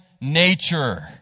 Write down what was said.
nature